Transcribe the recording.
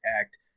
Act